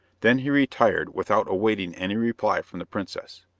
then he retired, without awaiting any reply from the princess.